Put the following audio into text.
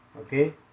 Okay